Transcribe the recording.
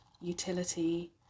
utility